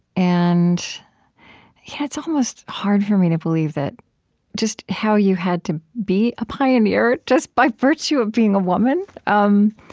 and it's almost hard for me to believe that just, how you had to be a pioneer, just by virtue of being a woman, um